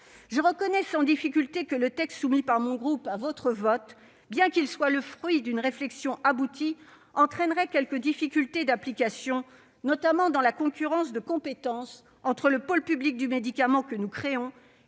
Je reconnais sans difficulté que le texte soumis par mon groupe à votre vote, bien qu'il soit le fruit d'une réflexion aboutie, entraînerait quelques difficultés d'application, notamment en termes de concurrence de compétences entre le pôle public du médicament que nous créons